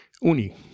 Uni